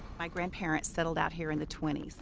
my grandparents settled out here in the twenty s,